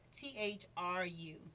T-H-R-U